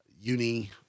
Uni